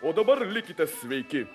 o dabar likite sveiki